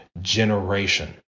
generation